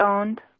owned